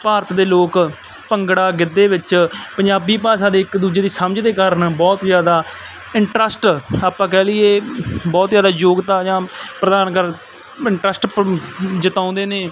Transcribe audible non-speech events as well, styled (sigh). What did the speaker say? ਭਾਰਤ ਦੇ ਲੋਕ ਭੰਗੜਾ ਗਿੱਧੇ ਵਿੱਚ ਪੰਜਾਬੀ ਭਾਸ਼ਾ ਦੇ ਇੱਕ ਦੂਜੇ ਦੀ ਸਮਝ ਦੇ ਕਾਰਨ ਬਹੁਤ ਜ਼ਿਆਦਾ ਇੰਟਰਸਟ ਆਪਾਂ ਕਹਿ ਲਈਏ ਬਹੁਤ ਜਿਆਦਾ ਯੋਗਤਾ ਜਾਂ ਪ੍ਰਦਾਨ ਕਰ ਇੰਟਰਸਟ (unintelligible) ਜਤਾਉਂਦੇ ਨੇ